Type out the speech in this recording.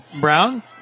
Brown